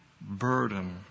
burden